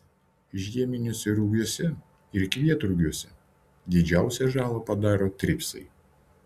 žieminiuose rugiuose ir kvietrugiuose didžiausią žalą padaro tripsai